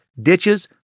ditches